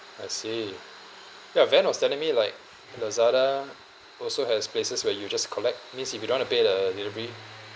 I see ya van was telling me like and Lazada also has places where you just collect means if you don't want to pay the little fee